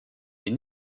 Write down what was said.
est